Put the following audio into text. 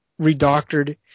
redoctored